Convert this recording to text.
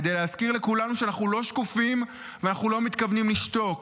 כדי להזכיר לכולנו שאנחנו לא שקופים ואנחנו לא מתכוונים לשתוק.